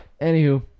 anywho